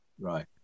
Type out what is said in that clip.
Right